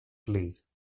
please